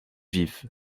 vif